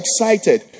excited